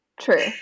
true